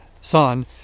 son